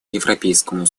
европейскому